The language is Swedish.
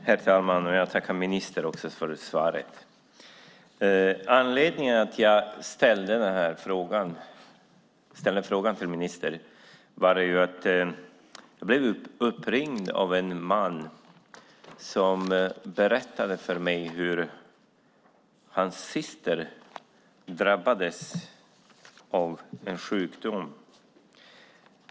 Herr talman! Jag tackar ministern för svaret. Anledningen till att jag ställde frågan till ministern var att jag blev uppringd av en man som berättade för mig att hans syster drabbats av en sjukdom.